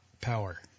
power